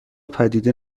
پدیده